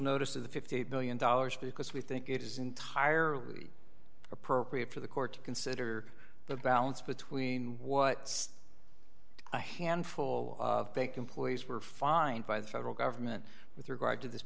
notice of the fifty eight million dollars because we think it is entirely appropriate for the court to consider the balance between what's a handful of employees were fined by the federal government with regard to this